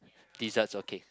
desserts okay